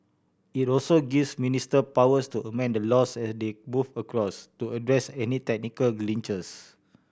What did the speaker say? it also gives ministers powers to amend the laws as they move across to address any technical glitches